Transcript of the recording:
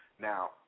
Now